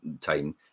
time